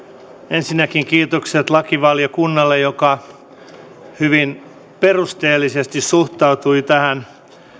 ensinnäkin kiitokset lakivaliokunnalle joka hyvin perusteellisesti suhtautui tähän